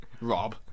Rob